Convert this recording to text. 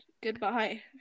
goodbye